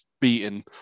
beaten